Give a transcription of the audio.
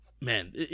man